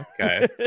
Okay